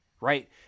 right